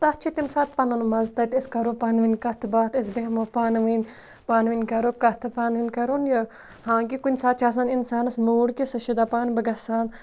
تَتھ چھِ تَمہِ ساتہٕ پَنُن مَزٕ تَتہِ أسۍ کَرو پانہٕ وٲنۍ کَتھ باتھ أسۍ بیٚہمو پانہٕ وٲنۍ پانہٕ وٲنۍ کَرو کَتھ پانہٕ وٲنۍ کَرو یہِ ہاں کہِ کُنہِ ساتہٕ چھِ آسان اِنسانَس موٗڑ کہِ سُہ چھُ دَپان بہٕ گَژھٕ ہا